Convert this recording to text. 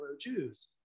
Jews